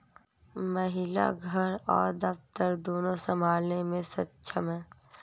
महिला घर और दफ्तर दोनो संभालने में सक्षम हैं